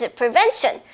prevention